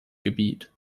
gebiet